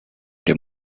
they